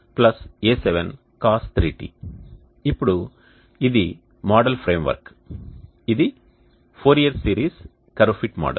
ఇప్పుడు ఇది model framework ఇది Fourier series curve fit model